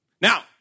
Now